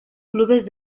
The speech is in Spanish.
clubes